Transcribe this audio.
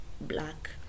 black